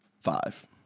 five